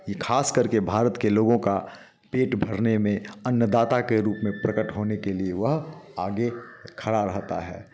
खासकर के करके भारत के लोगों का पेट भरने में अन्नदाता के रूप में प्रकट होने के लिए वह आगे खड़ा रहता है